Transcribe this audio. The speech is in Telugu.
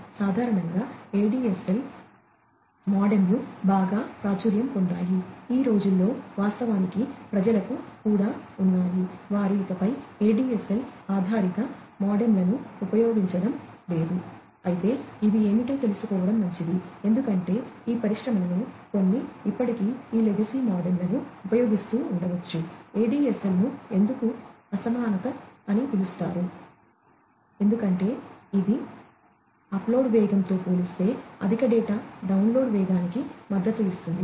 సాధారణంగా ADSL మోడెములు వేగానికి మద్దతు ఇస్తుంది